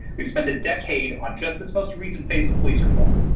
we spent a decade on just the most recent phase of police reform,